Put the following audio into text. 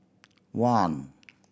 one